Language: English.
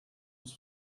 was